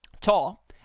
Tall